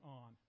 on